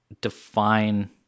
define